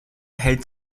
hält